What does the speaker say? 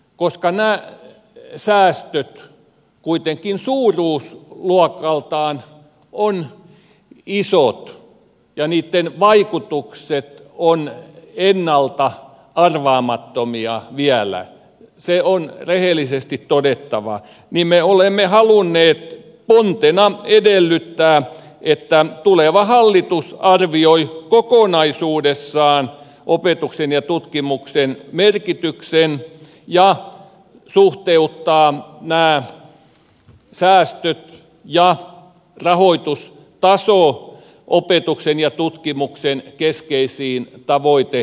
koska nämä säästöt kuitenkin suuruusluokaltaan ovat isot ja niitten vaikutukset ovat ennalta arvaamattomia vielä se on rehellisesti todettava me olemme halunneet pontena edellyttää että tuleva hallitus arvioi kokonaisuudessaan opetuksen ja tutkimuksen merkityksen ja suhteuttaa nämä säästöt ja rahoitustason opetuksen ja tutkimuksen keskeisiin tavoiteasetteluihin